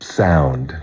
sound